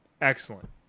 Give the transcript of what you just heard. excellent